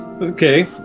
Okay